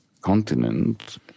continent